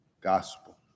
gospel